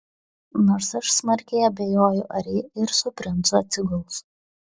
nors aš smarkiai abejoju ar ji ir su princu atsiguls